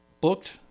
booked